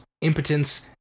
impotence